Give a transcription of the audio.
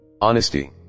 Honesty